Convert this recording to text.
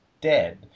dead